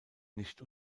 nicht